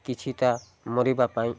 କିଛିଟା ମରିବା ପାଇଁ